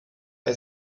bei